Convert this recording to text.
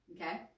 Okay